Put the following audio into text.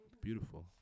beautiful